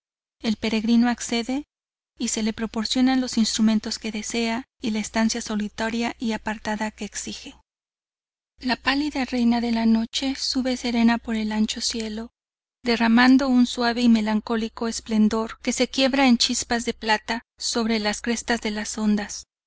el peregrino accede y se le proporcionan los instrumentos que desea y la estancia solitaria y apartada que exige la pálida reina de la noche sube serena por el ancho cielo derramando un suave y melancólico esplendor que se quiebra en chispas de plata sobre las crestas de las ondas